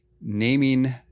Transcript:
naming